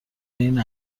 این